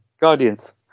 Guardians